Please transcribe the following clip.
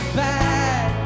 bad